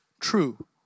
true